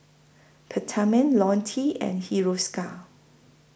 Peptamen Ionil T and Hiruscar